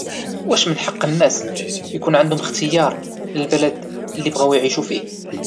واش من حق الناس اكون عندهم اختيار للبلد الي بغاو اعيشو فيه؟